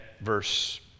verse